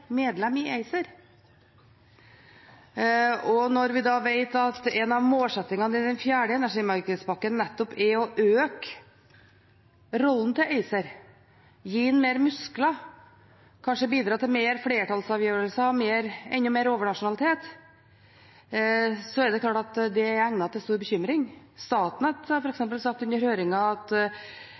medlem i ACER, og når vi vet at en av målsettingene i den fjerde energimarkedspakken nettopp er å øke rollen til ACER, gi dem mer muskler, kanskje bidra til mer flertallsavgjørelser og enda mer overnasjonalitet, er det klart at det gir grunn til stor bekymring. Statnett har f.eks. sagt under høringen at